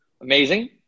amazing